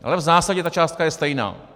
Ale v zásadě ta částka je stejná.